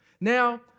Now